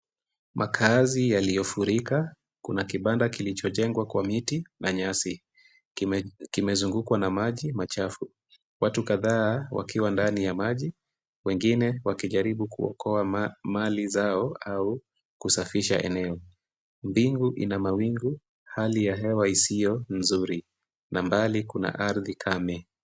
Makaazi yaliyofurika kuna kibanda kilichojengwa kwa miti na nyasi, kimezungukwa na maji machafu. Watu kadhaa wakiwa ndani ya maji, wengine wakijaribu kuokoa mali zao au kusafisha eneo. Mbingu ina mawingu, hali ya hewa isiyo nzuri, na mbali kuna ardhi kame.